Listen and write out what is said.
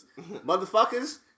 motherfuckers